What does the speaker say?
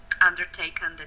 undertaken